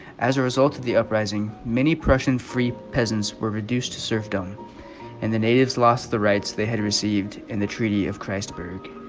as a result of the uprising many prussian free peasants were reduced to serfdom and the natives lost the rights they had received in the treaty of christ's burg